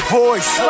voice